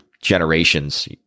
generations